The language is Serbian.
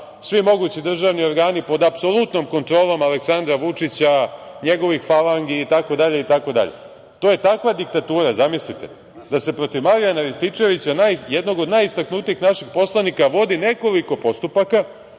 svi mogući državni organi pod apsolutnom kontrolom Aleksandra Vučića, njegovih falangi itd, itd. To je takva diktatura, zamislite, da se protiv Marijana Rističevića, jednog od najistaknutijih naših poslanika, vodi nekoliko postupaka